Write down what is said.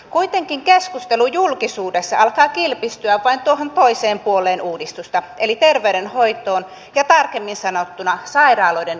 kuitenkin keskustelu julkisuudessa alkaa kilpistyä vain tuohon toiseen puoleen uudistusta eli terveydenhoitoon ja tarkemmin sanottuna sairaaloiden lukumäärään